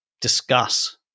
discuss